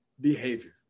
behavior